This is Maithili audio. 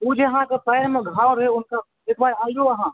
ओ जे अहाँके पएरमे घाव रहै एकबेर अइऔ अहाँ